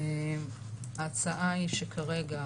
ההצעה היא שכרגע